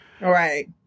Right